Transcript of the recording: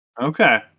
Okay